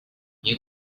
you